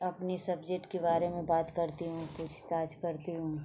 अपने सब्जेट के बारे में बात करती हूँ पूछताछ करती हूँ